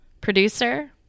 producer